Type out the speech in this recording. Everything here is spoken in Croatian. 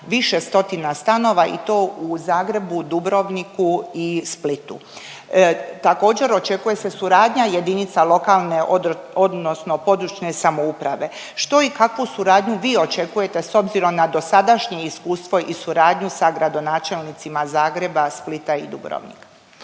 više stotina stanova i to u Zagrebu, Dubrovniku i Splitu. Također očekuje se suradnja jedinica lokalne, odnosno područne samouprave. Što i kakvu suradnju vi očekujete s obzirom na dosadašnje iskustvo i suradnju sa gradonačelnicima Zagreba, Splita i Dubrovnika?